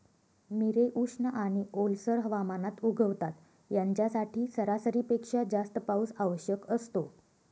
मिरे उष्ण आणि ओलसर हवामानात उगवतात, यांच्यासाठी सरासरीपेक्षा जास्त पाऊस आवश्यक असतो